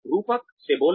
रूपक से बोलना